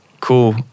cool